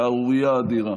שערורייה אדירה,